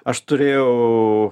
aš turėjau